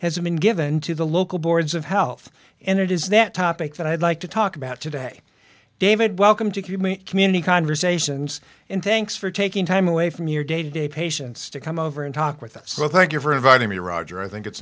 has been given to the local boards of health and it is that topic that i'd like to talk about today david welcome to q mean community conversations in thanks for taking time away from your day to day patients to come over and talk with us so thank you for inviting me roger i think it's